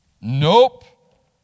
Nope